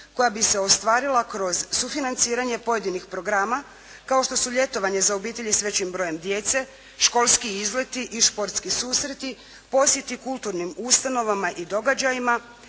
koja bi se ostvarila kroz sufinanciranje pojedinih programa kao što su ljetovanje za obitelji s većim brojem djece, školski izleti i športski susreti, posjeti kulturnim ustanovama i događajima,